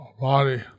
body